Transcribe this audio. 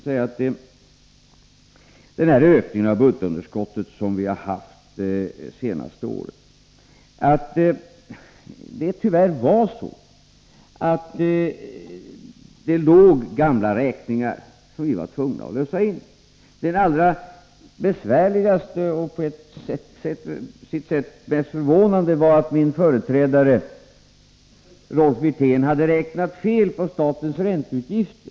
Beträffande ökningen i budgetunderskottet de senaste åren vill jag säga till Björn Molin att det tyvärr låg gamla räkningar som vi var tvungna att betala. Det allra besvärligaste och på sitt sätt mest förvånande var att min företrädare, Rolf Wirtén, hade räknat fel på statens ränteutgifter.